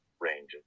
ranges